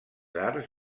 arts